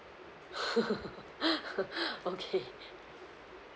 okay